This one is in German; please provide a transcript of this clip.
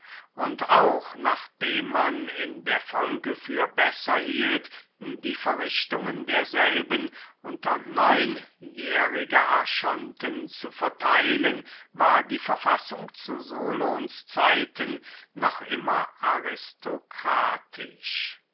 und auch nachdem man in der folge für besser hielt die verrichtungen derselben unter neun jährliche archonten zu vertheilen war die verfassung zu solons zeiten noch immer aristokratisch